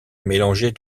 mélangés